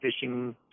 fishing